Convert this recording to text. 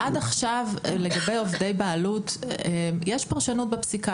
--- לגבי עובדי בעלות יש פרשנות בפסיקה